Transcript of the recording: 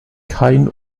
kein